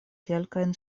kelkajn